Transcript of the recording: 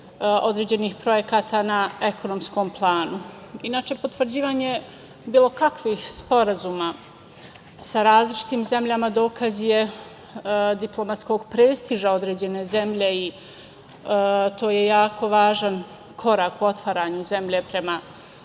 određenih projekata na ekonomskom planu. Inače, potvrđivanje bilo kakvih sporazuma sa različitim zemljama dokaz je diplomatskog prestiža određene zemlje i to je jako važan korak u otvaranju zemlje prema